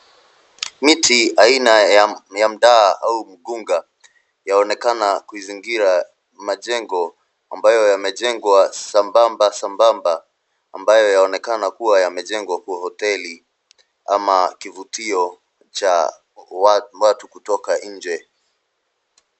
Miti aina ya mdaa au mgunga, yaonekana kuizingira majengo ambayo yamejengwa sambamba sambamba ambayo yaonekana kuwa yamejengwa kuwa hoteli ama kivutio cha watu kutoka nje.